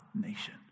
nation